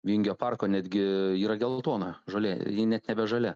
vingio parko netgi yra geltona žolė ji net nebe žalia